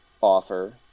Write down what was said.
offer